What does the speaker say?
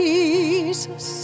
Jesus